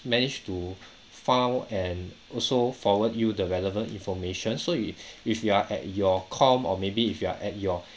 manage to found and also forward you the relevant information so if if you are at your com or maybe if you are at your